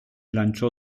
lanciò